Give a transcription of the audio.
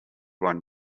one